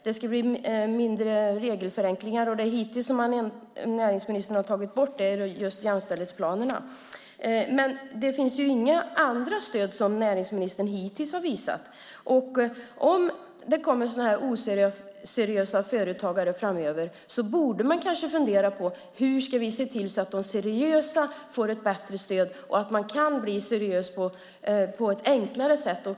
Det skulle bli regelförenklingar, men det näringsministern har tagit bort hittills är just jämställdhetsplanerna. Men det finns inga andra stöd som näringsministern hittills har visat. Om det kommer oseriösa företagare framöver borde man kanske fundera på hur man ska se till så att de seriösa får ett bättre stöd och att företagare kan bli seriösa på ett enklare sätt.